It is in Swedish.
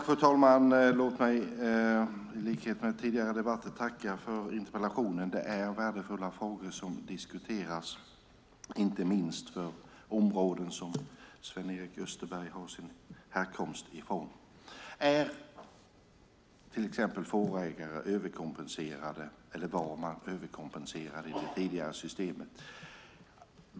Fru talman! Låt mig liksom i tidigare debatter tacka för interpellationen. Det är värdefulla frågor som diskuteras, inte minst för de områden där Sven-Erik Österberg har sin härkomst. Är till exempel fårägare överkompenserade, eller var de överkompenserade i det tidigare systemet?